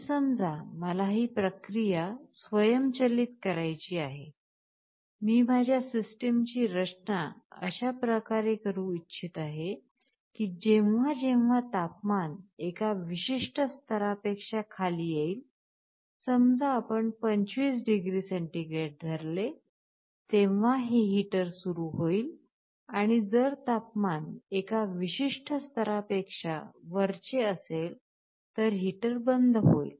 पण समजा मला ही प्रक्रिया स्वयंचलित करायची आहे मी माझ्या सिस्टमची रचना अशा प्रकारे करू इच्छित आहे की जेव्हा जेव्हा तापमान एका विशिष्ट स्तरापेक्षा खाली येईल समजा आपण 25 डिग्री सेंटी ग्रेड धरले तेंव्हा हे हीटर सुरु होइल आणि जर तापमान एका विशिष्ट स्तरापेक्षा वरचे असेल तर हीटर बंद होइल